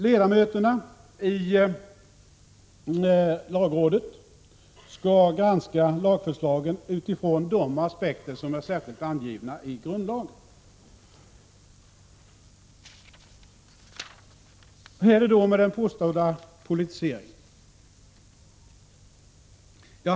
Ledamöterna i lagrådet skall granska lagförslagen utifrån de aspekter som är särskilt angivna i grundlagen. Hur är det då med den påstådda politiseringen?